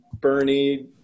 Bernie